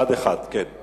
זה בה"ד 1. כן.